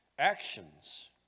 Actions